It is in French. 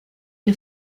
une